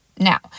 Now